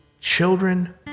children